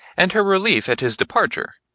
and her relief at his departure.